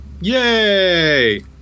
Yay